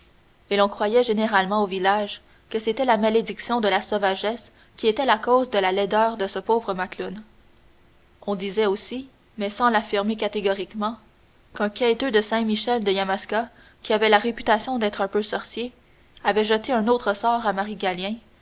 et l'on croyait généralement au village que c'était la malédiction de la sauvagesse qui était la cause de la laideur de ce pauvre macloune on disait aussi mais sans l'affirmer catégoriquement qu'un quêteux de saint-michel de yamaska qui avait la réputation d'être un peu sorcier avait jeté un autre sort à